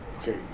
Okay